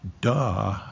Duh